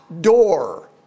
door